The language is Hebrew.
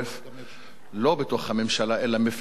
לא בתוך הממשלה, אלא מפני הממשלה.